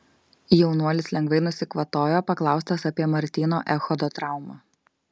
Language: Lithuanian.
jaunuolis lengvai nusikvatojo paklaustas apie martyno echodo traumą